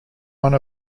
one